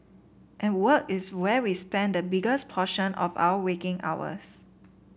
and work is where we spend the biggest portion of our waking hours